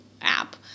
app